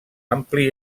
ampli